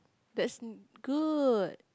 that's good